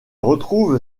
retrouve